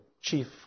chief